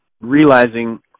realizing